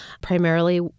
primarily